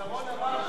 לזכור: